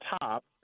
top